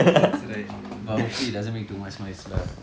that's right but hopefully it doesn't make too much noise lah